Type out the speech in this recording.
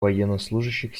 военнослужащих